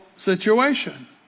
Situation